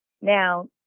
Now